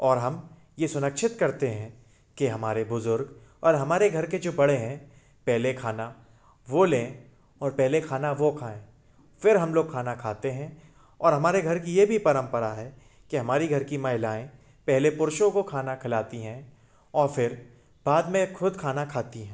और हम ये सुनिश्चित करते हैं कि हमारे बुज़ुर्ग और हमारे घर के जो बड़े हैं पहले खाना वो लें और पहले खाना वो खाऍं फिर हम लोग खाना खाते हैं और हमारे घर की ये भी परंपरा है कि हमारी घर की महिलाऍं पहले पुरुषों को खाना खिलाती हैं और फिर बाद में खुद खाना खाती हैं